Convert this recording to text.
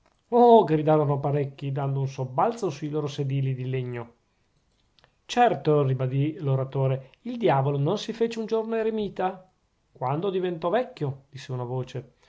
oh gridarono parecchi dando un sobbalzo sui loro sedili di legno certo ribadì l'oratore il diavolo non si fece un giorno eremita quando diventò vecchio disse una voce